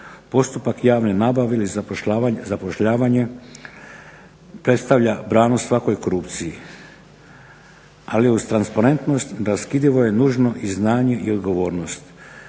postupak javne nabave ili zapošljavanje predstavlja branu svakoj korupciji. Ali uz transparentnost … nužno i znanje i odgovornost.